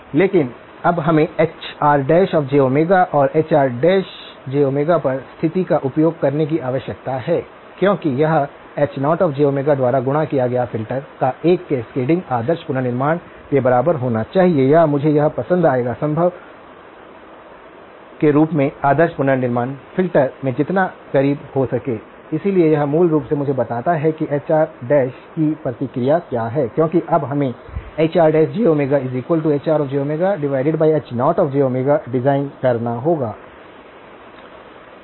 लेकिन अब हमें Hr और Hrj पर स्थिति का उपयोग करने की आवश्यकता है क्योंकि यह H0 द्वारा गुणा किए गए फ़िल्टर का एक कैस्केडिंग आदर्श पुनर्निर्माण के बराबर होना चाहिए या मुझे यह पसंद आएगा संभव के रूप में आदर्श पुनर्निर्माण फ़िल्टर के जितना करीब हो सके इसलिए यह मूल रूप से मुझे बताता है कि इस Hr की प्रतिक्रिया क्या है क्योंकि अब हमें HrjHrjH0j डिज़ाइन करना होगा